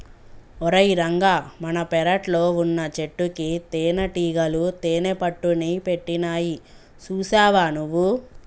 ఓరై రంగ మన పెరట్లో వున్నచెట్టుకి తేనటీగలు తేనెపట్టుని పెట్టినాయి సూసావా నువ్వు